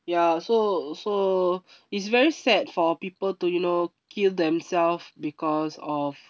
ya so so it's very sad for people to you know kill themselves because of